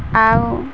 ଆଉ